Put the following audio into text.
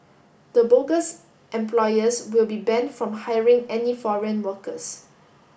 the bogus employers will be banned from hiring any foreign workers